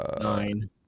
Nine